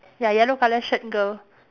ya yellow colour shirt girl